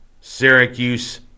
Syracuse